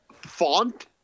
font